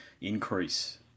increase